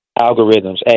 algorithms